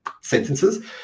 sentences